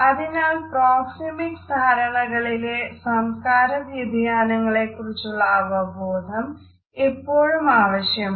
അതിനാൽ നമുക്ക് പ്രോക്സെമിക്സ് ധാരണകളിലെ സംസ്കാര വ്യതിയാനങ്ങളെക്കുറിച്ചുള്ള അവബോധം എപ്പോഴും ആവശ്യമാണ്